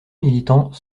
militants